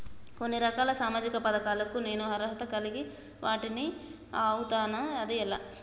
కొన్ని రకాల సామాజిక పథకాలకు నేను అర్హత కలిగిన వాడిని అవుతానా? అది ఎలా?